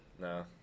No